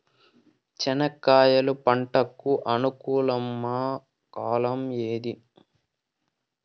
చెనక్కాయలు పంట కు అనుకూలమా కాలం ఏది?